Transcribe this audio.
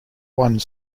one